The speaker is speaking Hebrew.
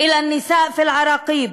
(אומרת בערבית: לנשים באל-עראקיב,